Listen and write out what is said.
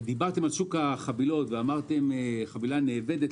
דיברתם על שוק החבילות ואמרתם שחבילה נאבדת,